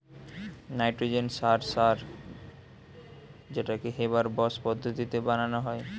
nitrogen সার সার যেটাকে হেবার বস পদ্ধতিতে বানানা হয়